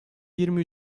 yirmi